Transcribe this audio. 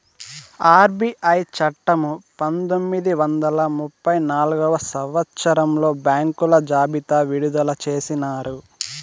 RBI చట్టము పంతొమ్మిది వందల ముప్పై నాల్గవ సంవచ్చరంలో బ్యాంకుల జాబితా విడుదల చేసినారు